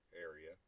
area